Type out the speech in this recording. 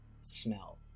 smell